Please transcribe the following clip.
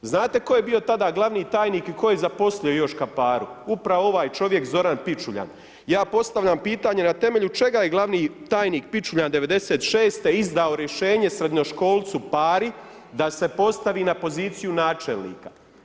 Znate tko je bio tada gl. tajnik i tko je zaposlio Joška Paru, upravo ovaj čovjek Zoran Pičuljan, ja postavljam pitanje na temelju čega je gl. tajnik Pičuljan '96. izdao rješenje srednjoškolcu Pari da se postavi na poziciju načelnika?